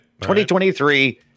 2023